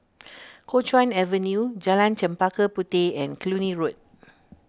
Kuo Chuan Avenue Jalan Chempaka Puteh and Cluny Road